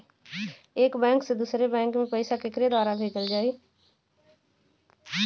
एक बैंक से दूसरे बैंक मे पैसा केकरे द्वारा भेजल जाई?